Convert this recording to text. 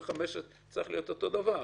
בחמש שנים וחמש שנים צריך להיות אותו דבר.